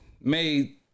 made